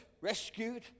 rescued